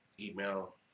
email